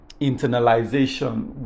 internalization